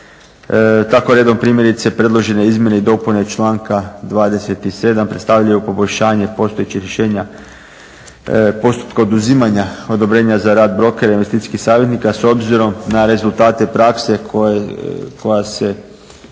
Tako redom primjerice predložene izmjene i dopune članka 27. predstavljaju poboljšanje postojećih rješenja postupka oduzimanja odobrenja za rad brokera i investicijskih savjetnika s obzirom na rezultate prakse koja se